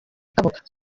kabuga